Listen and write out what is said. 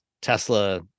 Tesla